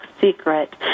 secret